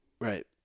Right